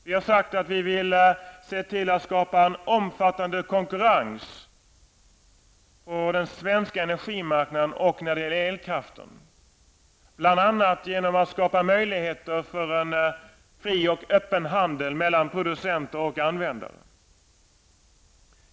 Vi har sagt att vi vill se till att skapa en omfattande konkurrens på den svenska energimarknaden och när det gäller elkraften. Detta skulle bl.a. ske genom att man skapar möjligheter för en fri och öppen handel mellan producenter och användare.